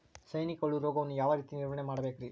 ಸೈನಿಕ ಹುಳು ರೋಗವನ್ನು ಯಾವ ರೇತಿ ನಿರ್ವಹಣೆ ಮಾಡಬೇಕ್ರಿ?